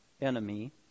enemy